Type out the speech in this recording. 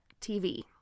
TV